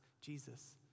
Jesus